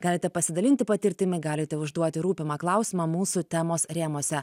galite pasidalinti patirtimi galite užduoti rūpimą klausimą mūsų temos rėmuose